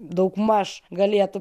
daugmaž galėtų